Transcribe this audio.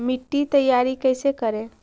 मिट्टी तैयारी कैसे करें?